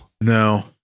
No